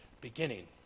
beginning